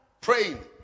praying